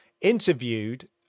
interviewed